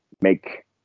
make